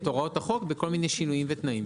הוראות בחוק בכל מיני שינויים ותנאים.